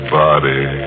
body